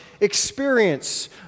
experience